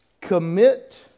Commit